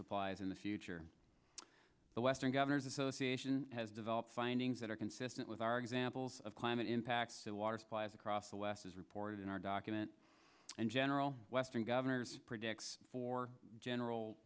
supplies in the future the western governors association has developed findings that are consistent with our examples of climate impacts across the west as reported in our document and general western governors predicts for general